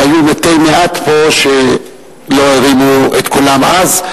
והיו מתי מעט פה שלא הרימו את קולם אז,